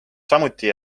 samuti